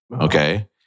Okay